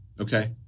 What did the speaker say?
Okay